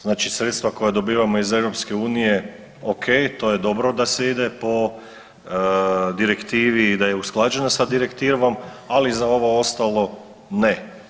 Znači sredstva koja dobivamo iz EU o.k. To je dobro da se ide po direktivi i da je usklađena sa direktivom, ali za ovo ostalo ne.